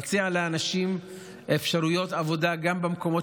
נציע לאנשים אפשרויות עבודה גם במקומות